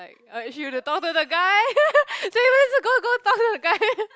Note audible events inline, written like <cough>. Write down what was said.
like ah she would talk to the guy <laughs> she always say go go talk to the guy <laughs>